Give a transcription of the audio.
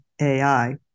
AI